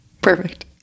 Perfect